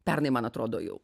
pernai man atrodo jau